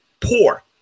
poor